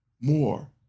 more